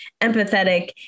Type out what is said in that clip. empathetic